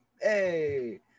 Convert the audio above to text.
Hey